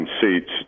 seats